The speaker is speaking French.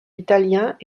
italiens